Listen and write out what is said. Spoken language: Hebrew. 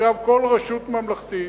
עכשיו כל רשות ממלכתית